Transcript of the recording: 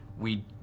We-